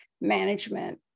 management